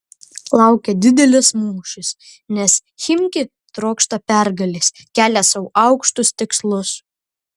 laukia didelis mūšis nes chimki trokšta pergalės kelia sau aukštus tikslus